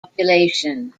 population